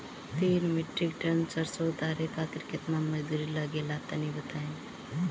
तीन metric ton सरसो उतारे खातिर केतना मजदूरी लगे ला तनि बताई?